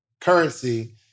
currency